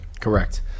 Correct